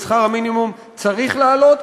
את שכר המינימום צריך להעלות,